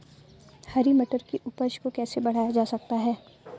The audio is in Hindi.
हरी मटर की उपज को कैसे बढ़ाया जा सकता है?